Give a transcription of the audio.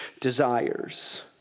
desires